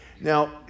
Now